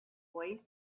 voice